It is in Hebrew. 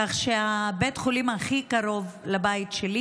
כך שבית החולים הכי קרוב לבית שלי